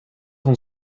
hon